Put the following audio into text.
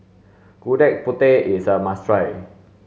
gudeg putih is a must try